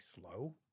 slow